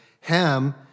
Ham